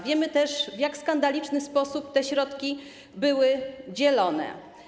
Wiemy też, w jak skandaliczny sposób te środki były dzielone.